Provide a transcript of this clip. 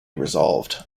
resolved